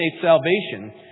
salvation